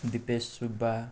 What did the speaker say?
Dipesh Subba